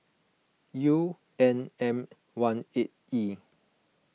U N M one eight E